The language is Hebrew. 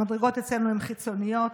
המדרגות אצלנו הן חיצוניות,